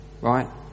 right